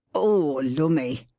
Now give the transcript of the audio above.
oh, lummy!